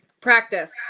Practice